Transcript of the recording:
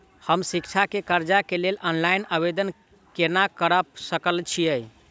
हम शिक्षा केँ कर्जा केँ लेल ऑनलाइन आवेदन केना करऽ सकल छीयै?